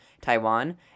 Taiwan